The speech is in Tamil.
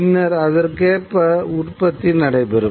பின்னர் அதற்கேற்ப உற்பத்தி நடைபெறும்